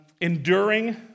enduring